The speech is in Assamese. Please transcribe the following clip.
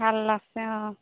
ভাল লাগিছে অঁ